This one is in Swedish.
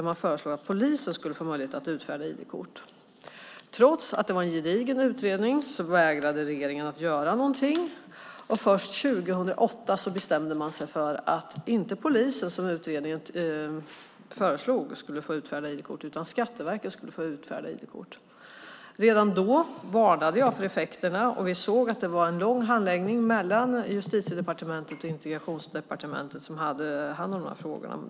Man föreslog att polisen skulle få möjlighet att utfärda ID-kort. Trots att det var en gedigen utredning vägrade regeringen att göra något. Först 2008 bestämde man sig för att inte polisen, som utredningen föreslog, utan Skatteverket skulle få utfärda ID-kort. Redan då varnade jag för effekterna, och vi såg att det var en långvarig handläggning mellan Justitiedepartementet och Integrations och jämställdhetsdepartementet som hade hand om frågorna.